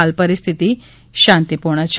હાલ પરિસ્થિતિ શાંતિપૂર્ણ છે